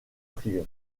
privé